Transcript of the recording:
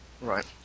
Right